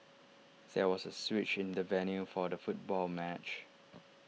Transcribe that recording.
there was A switch in the venue for the football match